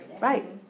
Right